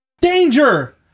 Danger